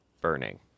Burning